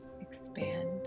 expand